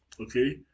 okay